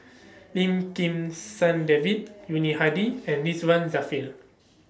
Lim Kim San David Yuni Hadi and Ridzwan Dzafir